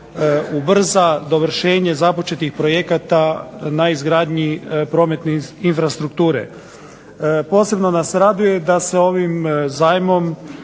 ubrza dovršenje započetih projekata na izgradnji prometne infrastrukture. Posebno nas raduje da se ovim zajmom